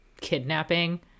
kidnapping